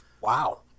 Wow